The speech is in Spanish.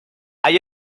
hay